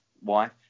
wife